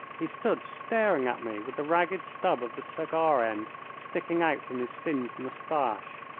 he stood staring at me with the ragged stub of the cigar-end sticking out from his singed mustache.